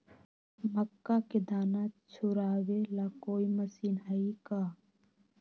मक्का के दाना छुराबे ला कोई मशीन हई का?